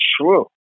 true